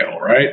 right